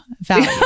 value